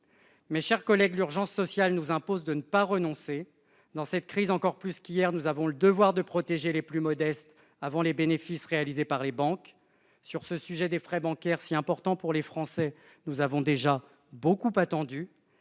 Mes chers collègues, l'urgence sociale nous impose de ne pas renoncer. Face à cette crise, encore plus qu'hier, nous avons le devoir de protéger les plus modestes avant les bénéfices réalisés par les banques. Sur le sujet des frais bancaires, si important pour les Français, nous avons déjà beaucoup attendu.